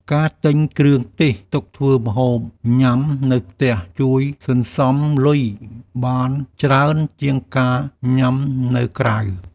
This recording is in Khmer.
ការទិញគ្រឿងទេសទុកធ្វើម្ហូបញ៉ាំនៅផ្ទះជួយសន្សំលុយបានច្រើនជាងការញ៉ាំនៅក្រៅ។